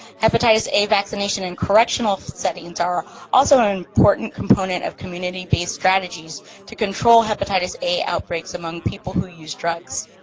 hepatitis a vaccination in correctional settings are also an important component of community-based strategies to control hepatitis a outbreaks among people who use drugs.